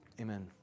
Amen